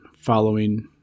following